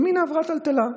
ימינה עברה טלטלה.